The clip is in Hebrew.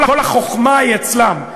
כל החוכמה היא אצלם,